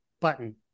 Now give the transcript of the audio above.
button